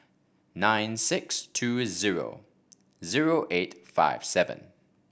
nine six two zero zero eight five seven